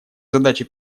задачи